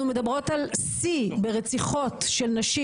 אנחנו מדברות על שיא ברציחות של נשים